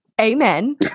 Amen